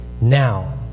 Now